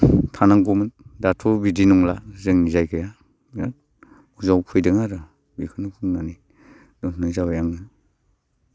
थानांगौमोन दाथ' बिदि नंला जोंनि जायगाया मोजांआव फैदों आरो बेखौनो बुंनानै दोननाय जाबाय आङो